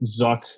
Zuck